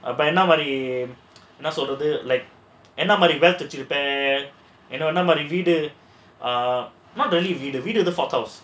அப்போ என்ன மாதிரி என்ன சொல்றது என்ன மாதிரி wealth வச்சிருப்பா என்ன மாதிரி வீடு:vachiruppaan enna maadhiri veedu